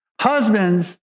husbands